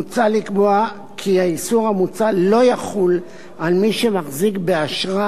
מוצע לקבוע כי האיסור המוצע לא יחול על מי שמחזיק באשרה